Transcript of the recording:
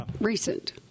recent